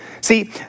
See